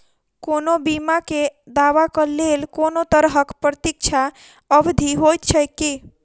कोनो बीमा केँ दावाक लेल कोनों तरहक प्रतीक्षा अवधि होइत छैक की?